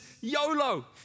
YOLO